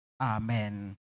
Amen